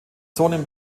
zonen